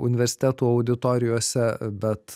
universitetų auditorijose bet